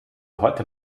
heute